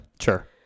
Sure